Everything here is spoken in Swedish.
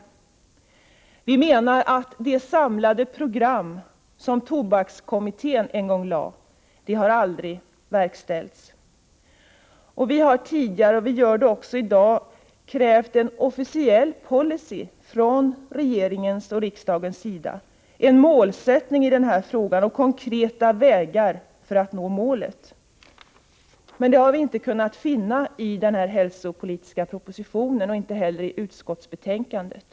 Vi menar att det samlade program som tobakskommittén lade fram aldrig har verkställts. Vi har tidigare krävt — och vi gör det också i dag — en officiell policy från regeringens och riksdagens sida, en målsättning i den här frågan och konkreta vägar för att nå målet. Det har vi inte kunnat finna i den hälsopolitiska propositionen och inte heller i betänkandet.